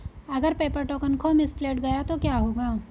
अगर paper token खो misplaced गया तो क्या होगा?